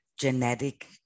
genetic